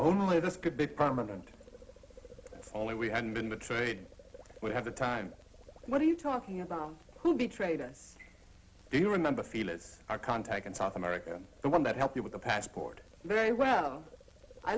only this could be permanent only we had been betrayed we have the time what are you talking about who betrayed us do you remember feel it's our contact in south america the one that helped you with the passport very well i